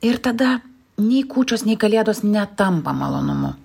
ir tada nei kūčios nei kalėdos netampa malonumu